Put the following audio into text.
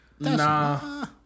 Nah